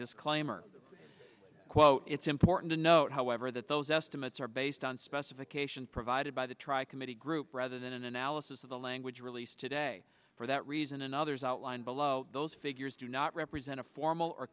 disclaimer quote it's important to note however that those estimates are based on specifications provided by the tri committee group rather than an analysis of the language released today for that reason and others outlined below those figures do not represent a formal or